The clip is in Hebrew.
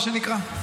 מה שנקרא?